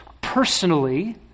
personally